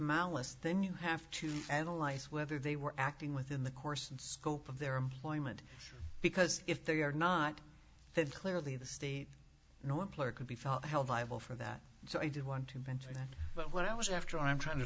malice then you have to analyze whether they were acting within the course and scope of their employment because if they are not clearly the state no employer could be felt held liable for that so i did want to mention that but what i was after i'm trying to